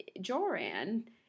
Joran